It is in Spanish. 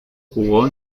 jugó